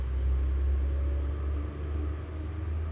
that was it's still okay lah it's manageable